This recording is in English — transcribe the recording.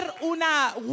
una